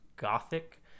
gothic